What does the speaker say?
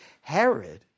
Herod